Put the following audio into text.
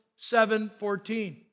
7-14